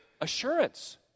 assurance